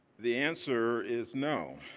the answer is no.